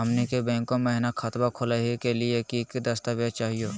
हमनी के बैंको महिना खतवा खोलही के लिए कि कि दस्तावेज चाहीयो?